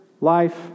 life